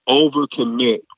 overcommit